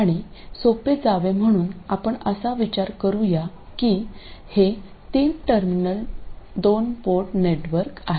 आणि सोपे जावे म्हणून आपण असा विचार करू या की हे तीन टर्मिनल दोन पोर्ट नेटवर्क आहे